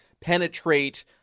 penetrate